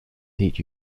teach